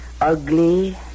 ugly